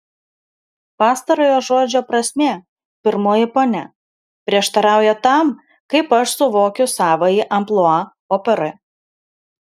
pastarojo žodžio prasmė pirmoji ponia prieštarauja tam kaip aš suvokiu savąjį amplua operoje